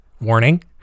warning